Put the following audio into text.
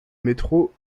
métro